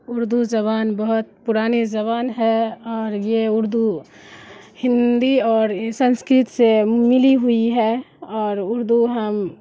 اردو زبان بہت پرانی زبان ہے اور یہ اردو ہندی اور سنسکرت سے ملی ہوئی ہے اور اردو ہم